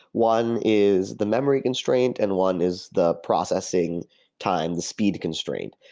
one is the memory constraint, and one is the processing time, the speed constraint.